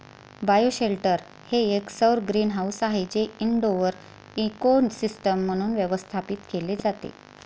bioshelter हे एक सौर ग्रीनहाऊस आहे जे इनडोअर इकोसिस्टम म्हणून व्यवस्थापित केले जाते